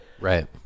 Right